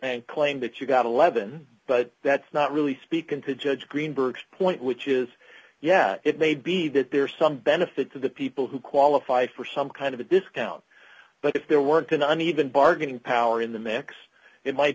and claim that you got eleven but that's not really speak and to judge greenberg point which is yeah it may be that there's some benefit to the people who qualify for some kind of a discount but if there weren't going on even bargaining power in the mix it might